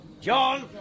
John